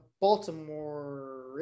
Baltimore